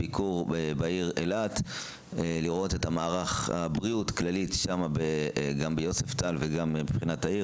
ביקור בעיר אילת כדי לראות את מערך בריאות כללית גם ביוספטל וגם בעיר,